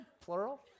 plural